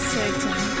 certain